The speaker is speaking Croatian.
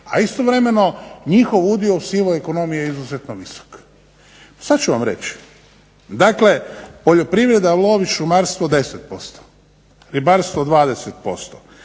a istovremeno njihov udio u sivoj ekonomiji je izuzetno visok. Sad ću vam reći. Dakle poljoprivreda, lov i šumarstvo 10%, ribarstvo 20%,